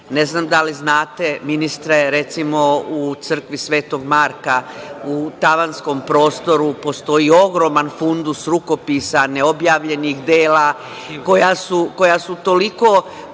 Ne znam da li znate ministre, recimo u crkvi Svetog Marka u tavanskom prostoru postoji ogroman fundus rukopisa, neobjavljenih dela koja su od tolikog